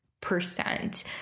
percent